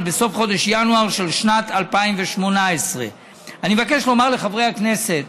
אלא בסוף חודש ינואר של שנת 2018. אני מבקש לומר לחברי הכנסת: